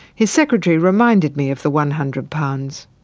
his secretary reminded me of the one hundred pounds.